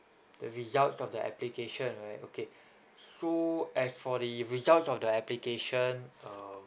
the results of the application right okay so as for the results of the application um